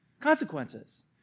consequences